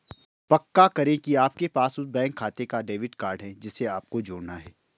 पक्का करें की आपके पास उस बैंक खाते का डेबिट कार्ड है जिसे आपको जोड़ना है